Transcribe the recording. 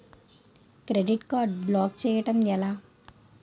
Credit card block చేయడం ఎలా?